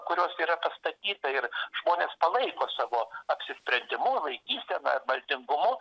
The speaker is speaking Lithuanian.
kurios yra pastatyta ir žmonės palaiko savo apsisprendimu laikysena maldingumu